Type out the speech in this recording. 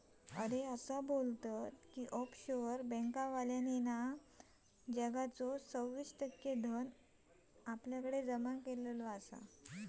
असा बोलतत की ऑफशोअर बॅन्कांतल्यानी जगाचा सव्वीस टक्के धन जमा केला हा